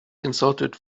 consulted